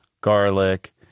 garlic